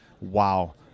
Wow